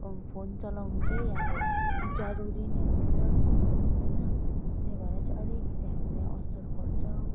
phone चलाउनु चाहिँ अब जरुरी नै हुन्छ होइन त्यही भएर चाहिँ अलिकति हामीलाई असर पर्छ